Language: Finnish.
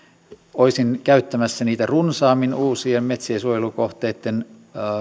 olisin käyttämässä niitä runsaammin uusien metsiensuojelukohteitten